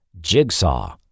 Jigsaw